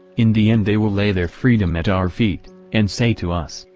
in the end they will lay their freedom at our feet and say to us,